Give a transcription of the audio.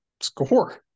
score